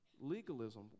Legalism